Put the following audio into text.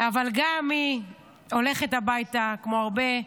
אבל גם היא הולכת הביתה, כמו הרבה,